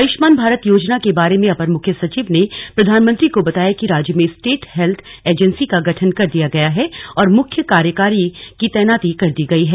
आयुष्मान भारत योजना के बारे में अपर मुख्य सचिव ने प्रधानमंत्री को बताया कि राज्य में स्टेट हेल्थ एजेंसी का गठन कर दिया गया है और मुख्य कार्यकारी की तैनाती कर दी गई है